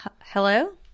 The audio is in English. Hello